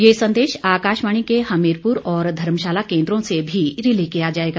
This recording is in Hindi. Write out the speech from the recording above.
ये संदेश आकाशवाणी को हमीरपुर और धर्मशाला केन्द्रों से भी रिले किया जाएगा